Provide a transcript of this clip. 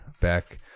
back